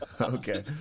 Okay